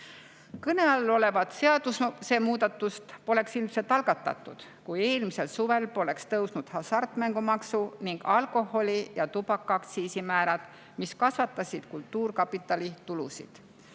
Kõne all olevat seadusemuudatust poleks ilmselt algatatud, kui eelmisel suvel poleks tõusnud hasartmängumaksu ning alkoholi- ja tubakaaktsiisi määrad, mis kasvatasid kultuurkapitali tulusid.